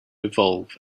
evolve